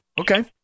okay